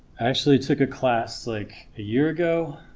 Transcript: actually took a class like a year ago